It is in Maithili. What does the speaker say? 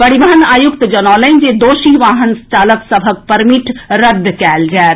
पविहन आयुक्त जनौलनि जे दोषी वाहन चालक सभक परमिट रद्द कएल जाएत